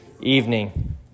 evening